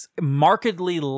markedly